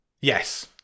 yes